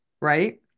right